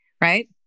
right